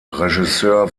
regisseur